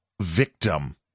victim